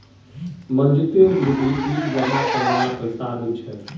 मनजीतेर लीगी बिल जमा करवार पैसा नि छी